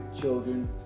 children